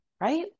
Right